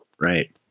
right